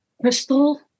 Crystal